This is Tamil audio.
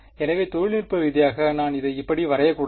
எனவே தொழில்நுட்ப ரீதியாக நான் இதை இப்படி வரையக்கூடாது